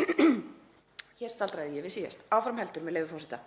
Hér staldraði ég við síðast. Áfram heldur, með leyfi forseta: